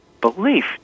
belief